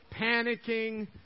panicking